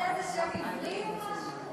אתה רוצה איזה שם עברי או משהו?